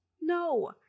no